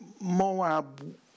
Moab